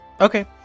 Okay